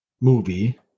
movie